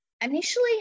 initially